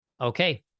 okay